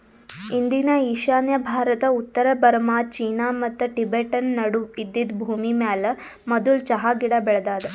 ಇಂದಿನ ಈಶಾನ್ಯ ಭಾರತ, ಉತ್ತರ ಬರ್ಮಾ, ಚೀನಾ ಮತ್ತ ಟಿಬೆಟನ್ ನಡು ಇದ್ದಿದ್ ಭೂಮಿಮ್ಯಾಲ ಮದುಲ್ ಚಹಾ ಗಿಡ ಬೆಳದಾದ